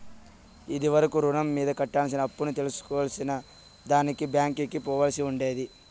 ఇది వరకు రుణం మీద కట్టాల్సిన అప్పుని తెల్సుకునే దానికి బ్యాంకికి పోవాల్సి ఉండేది